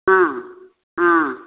ஆ ஆ